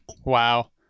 Wow